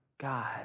God